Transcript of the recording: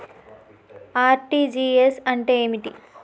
RTGS అంటే ఏమిటి?